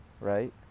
right